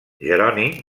jeroni